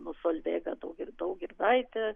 nu solveiga dau daugirdaitė